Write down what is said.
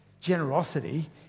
generosity